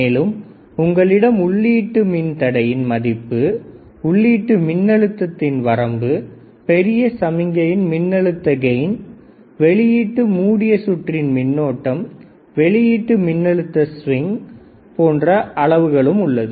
மேலும் உங்களிடம் உள்ளீட்டு மின்தடையின் மதிப்பு உள்ளீட்டு மின்னழுத்தத்தின் வரம்பு பெரிய சமிஞையின் மின்னழுத்த ஃகெயின் வெளியீட்டு மூடிய சுற்றின் மின்னோட்டம் வெளியீட்டு மின்னழுத்த ஸ்விங்போன்ற அளவுகளும் உள்ளது